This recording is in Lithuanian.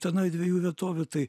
tenai dviejų vietovių tai